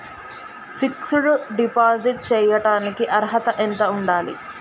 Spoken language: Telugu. ఫిక్స్ డ్ డిపాజిట్ చేయటానికి అర్హత ఎంత ఉండాలి?